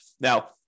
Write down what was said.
Now